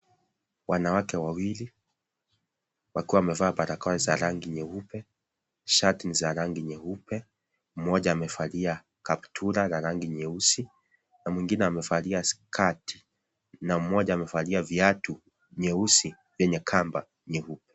Wanawake wawili , wakiwa wamevaa barakoa za rangi nyeupe , shati ni za rangi nyeupe , mmoja amevalia kaptura la rangi nyeusi na mwingine amevalia skirt na mmoja amevalia viatu nyeusi vyenye kamba nyeupe.